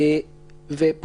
-- זה במקום הנוסח שמופיע פה,